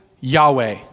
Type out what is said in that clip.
Yahweh